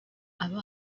aba